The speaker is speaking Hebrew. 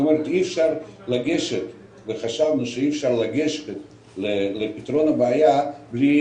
זאת אומרת חשבנו שאי אפשר לגשת לפתרון הבעיה בלי